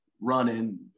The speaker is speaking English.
running